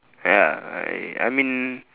ya I I mean